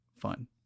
fun